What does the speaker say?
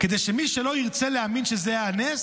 כדי שמי שלא ירצה להאמין שזה היה נס